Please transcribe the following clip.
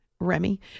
Remy